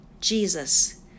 Jesus